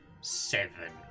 Seven